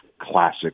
classic